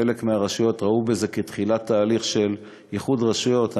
חלק מהרשויות ראו בזה תחילת תהליך של איחוד רשויות,